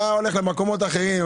אתה הולך למקומות אחרים,